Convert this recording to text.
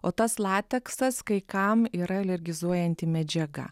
o tas lateksas kai kam yra alergizuojanti medžiaga